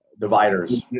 Dividers